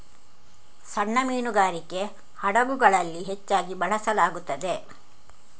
ಸಣ್ಣ ಮೀನುಗಾರಿಕೆ ಹಡಗುಗಳಲ್ಲಿ ಹೆಚ್ಚಾಗಿ ಬಳಸಲಾಗುತ್ತದೆ